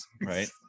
right